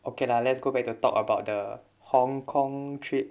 okay lah let's go back to talk about the hong-kong trip